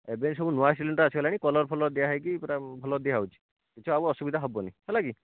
ଏବେ ଏସବୁ ନୂଆ ସିଲିଣ୍ଡର୍ ଆସି ଗଲାଣି କଲର୍ଫଲର୍ ଦିଆ ହେଇକି ପୂରା ଭଲ ଦିଆ ହେଉଛି କିଛି ଆଉ ଅସୁବିଧା ହେବନି ହେଲାକି